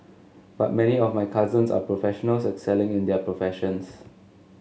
but many of my cousins are professional excelling in their professions